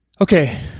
Okay